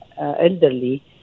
elderly